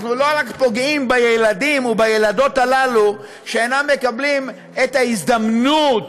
אנחנו לא פוגעים רק בילדים ובילדות הללו שאינם מקבלים את ההזדמנות,